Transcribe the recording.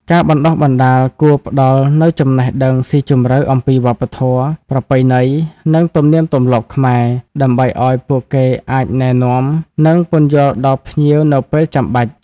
ការបណ្តុះបណ្តាលគួរផ្តល់នូវចំណេះដឹងស៊ីជម្រៅអំពីវប្បធម៌ ប្រពៃណី និងទំនៀមទម្លាប់ខ្មែរ ដើម្បីឱ្យពួកគេអាចណែនាំ និងពន្យល់ដល់ភ្ញៀវនៅពេលចាំបាច់។